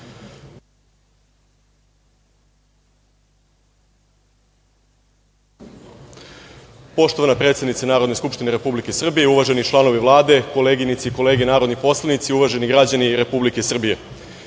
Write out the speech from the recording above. Poštovana predsednice Narodne skupštine Republike Srbije, uvaženi članovi Vlade, koleginice i kolege narodni poslanici, uvaženi građani Republike Srbije,